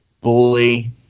bully